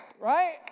Right